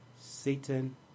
Satan